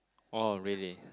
oh really